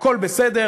הכול בסדר,